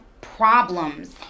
problems